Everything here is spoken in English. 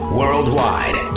worldwide